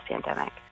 pandemic